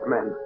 Men